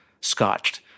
scotched